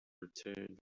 returned